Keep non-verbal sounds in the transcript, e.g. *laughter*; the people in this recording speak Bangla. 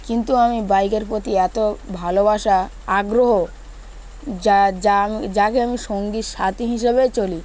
কিন্তু আমি বাইকের প্রতি এত ভালোবাসা আগ্রহ যা *unintelligible* যাকে আমি সঙ্গীত সাথী হিসেবে চলি